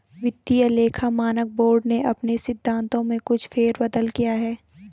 वित्तीय लेखा मानक बोर्ड ने अपने सिद्धांतों में कुछ फेर बदल किया है